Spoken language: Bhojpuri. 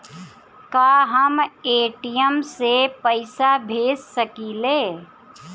का हम ए.टी.एम से पइसा भेज सकी ले?